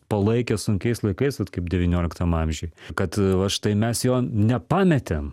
palaikė sunkiais laikais vat kaip devynioliktam amžiuj kad va štai mes jo nepametėm